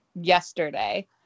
yesterday